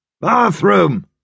Bathroom